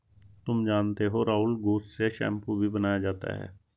तुम जानते हो राहुल घुस से शैंपू भी बनाया जाता हैं